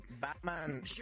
batman